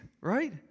right